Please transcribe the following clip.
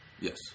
Yes